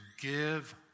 give